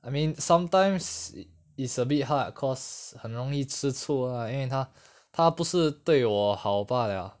I mean sometimes it's a bit hard course 很容易吃醋 lah 因为她她不是对我好罢了